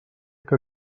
que